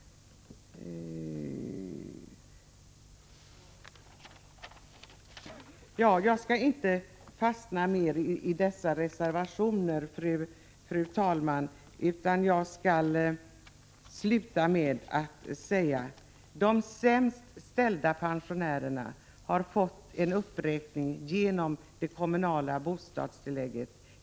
Jag skall inte fastna mer i dessa reservationer, fru talman, utan jag skall sluta med att säga att de sämst ställda pensionärerna har fått en uppräkning genom det kommunala bostadstillägget.